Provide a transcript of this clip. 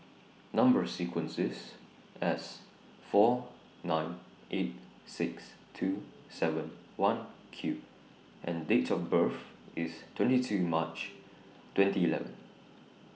Number sequence IS S four nine eight six two seven one Q and Date of birth IS twenty two March twenty eleven